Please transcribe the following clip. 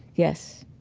yes.